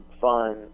fun